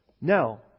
Now